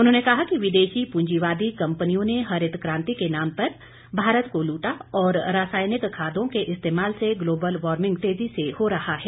उन्होंने कहा कि विदेशी पूंजीवादी कंपनियों ने हरित क्रांति के नाम पर भारत को लूटा और रासायनिक खादों के इस्तेमाल से ग्लोबल वार्मिंग तेजी से हो रहा है